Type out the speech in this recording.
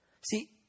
See